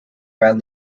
around